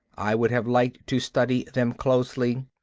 i would have liked to study them closely,